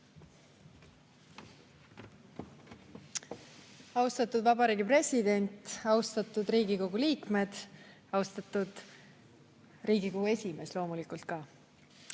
Eesti Vabariigi president! Austatud Riigikogu liikmed! Austatud Riigikogu esimees loomulikult ka!